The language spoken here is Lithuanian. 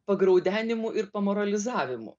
pagraudenimų ir pamoralizavimų